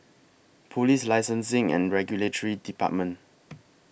Police Licensing and Regulatory department